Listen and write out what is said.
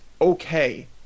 okay